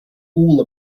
all